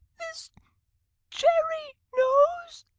this cherry nose,